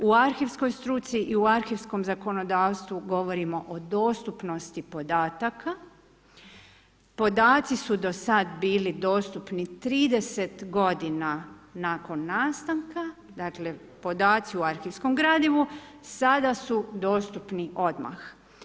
U arhivskoj struci i u arhivskom zakonodavstvu govorimo o dostupnosti podataka, podaci su do sad bili dostupni 30 godina nakon nastanka, dakle podaci o arhivskom gradivu sada su dostupni odmah.